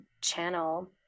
channel